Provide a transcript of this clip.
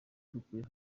dukuye